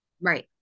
Right